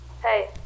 hey